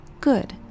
good